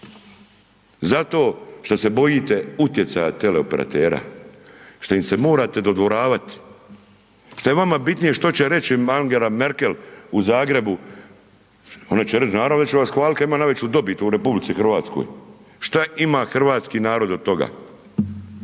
Zato što se bojite utjecaja teleoperatera. Što im se morate dodvoravati. Što je vama bitnije što će reći Angela Merkel u Zagrebu, ona će reći, naravno da će vas hvaliti kad ima najveću dobit u RH, šta ima hrvatski narod od toga?